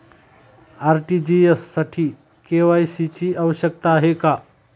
RTGS साठी KYC ची आवश्यकता आहे का?